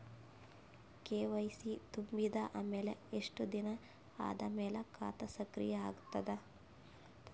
KYC ತುಂಬಿದ ಅಮೆಲ ಎಷ್ಟ ದಿನ ಆದ ಮೇಲ ಖಾತಾ ಸಕ್ರಿಯ ಅಗತದ?